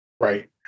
Right